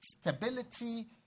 stability